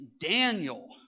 Daniel